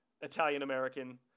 Italian-American